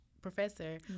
professor